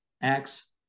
acts